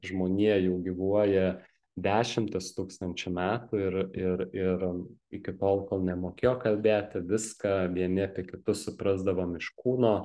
žmonija jau gyvuoja dešimtis tūkstančių metų ir ir ir iki tol kol nemokėjo kalbėti viską vieni apie kitus suprasdavom iš kūno